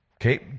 okay